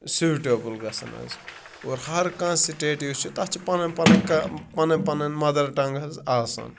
suitable گژھان حظ اور ہر کانٛہہ سِٹیٹ یُس چھِ تَتھ چھِ پَنٕنۍ پَنٕنۍ کہ پَنٕنۍ پَنٕنۍ مَدَر ٹَنٛگ حظ آسان